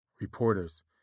reporters